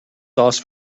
sauce